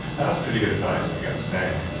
that was pretty good advice, i've got to say.